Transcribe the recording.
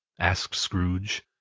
asked scrooge.